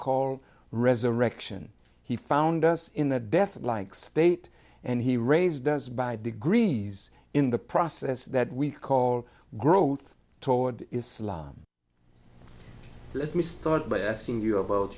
call resurrection he found us in the death like state and he raised does by degrees in the process that we call growth toward islam let me start by asking you about